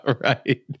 right